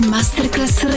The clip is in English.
Masterclass